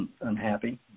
unhappy